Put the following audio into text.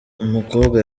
umukobwa